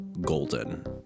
golden